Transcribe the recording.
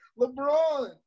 LeBron